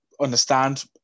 understand